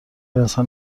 انسان